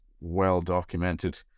well-documented